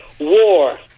war